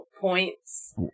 points